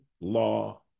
law